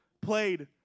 played